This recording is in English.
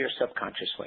subconsciously